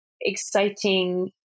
exciting